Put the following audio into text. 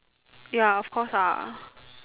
ya of course ah